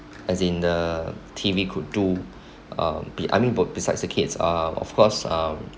as in the T_V could do um be I mean besides the kids are of course um